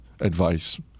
advice